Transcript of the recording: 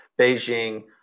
Beijing